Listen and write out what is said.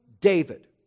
David